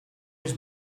his